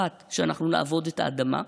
1. שאנחנו נעבוד את האדמה.